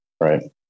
Right